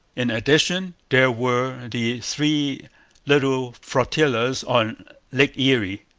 in addition, there were the three little flotillas on lakes erie,